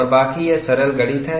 और बाकी यह सरल गणित है